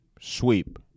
sweep